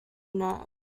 nerve